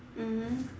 mmhmm